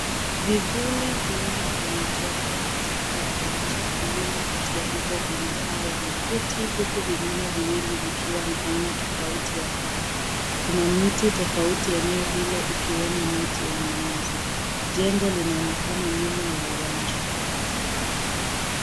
Vivuli vinne vimejengwa katika uwanja. Viwili kati ya hivyo vina paa la makuti, huku vingine viwili vikiwa na aina tofauti ya paa. Kuna miti tofauti eneo hilo ikiwemo miti ya minazi. Jengo linaonekana nyuma ya uwanja.